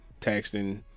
texting